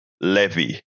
Levy